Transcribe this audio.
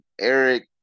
Eric